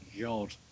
God